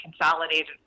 consolidated